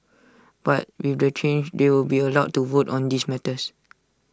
but with the change they will be allowed to vote on these matters